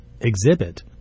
exhibit